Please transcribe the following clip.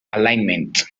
alignment